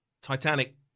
Titanic